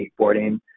skateboarding